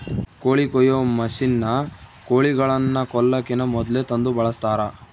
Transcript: ಕೋಳಿ ಕೊಯ್ಯೊ ಮಷಿನ್ನ ಕೋಳಿಗಳನ್ನ ಕೊಲ್ಲಕಿನ ಮೊದ್ಲೇ ತಂದು ಬಳಸ್ತಾರ